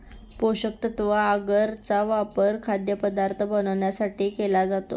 पोषकतत्व आगर चा वापर खाद्यपदार्थ बनवण्यासाठी केला जातो